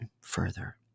further